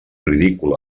ridícul